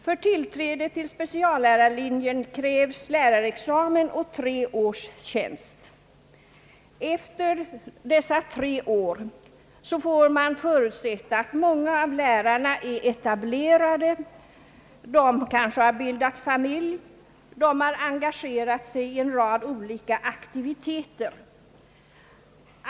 För tillträde till speciallärarlinjen krävs lärarexamen och tre års tjänst. Efter dessa tre år får man förutsätta att många av lärarna är etablerade. De kanske har bildat familj och engagerat sig i en rad olika aktiviteter.